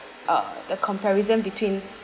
uh the comparison between